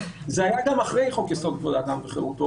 וזה היה גם אחרי חוק יסוד כבוד אדם וחירותו.